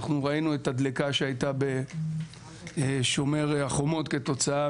אנחנו ראינו את הדליקה שהייתה ב"שומר חומות" כתוצאה